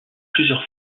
plusieurs